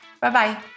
Bye-bye